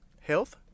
Health